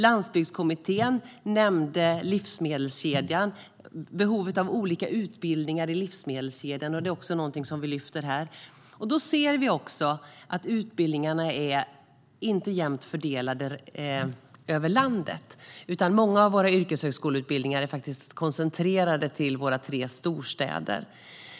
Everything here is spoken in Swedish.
Landsbygdskommittén nämnde behovet av olika utbildningar i livsmedelskedjan, något som vi lyfter fram här. Vi ser även att utbildningarna inte är jämnt fördelade över landet, utan många av yrkeshögskoleutbildningarna är koncentrerade till våra tre storstäder.